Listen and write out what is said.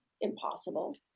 impossible